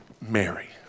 Mary